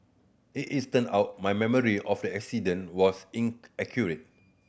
it is turned out my memory of accident was inaccurate